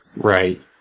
Right